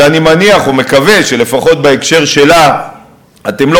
שאני מניח ומקווה שלפחות בהקשר שלה אתם לא